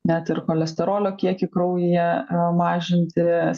net ir cholesterolio kiekį kraujyje mažinti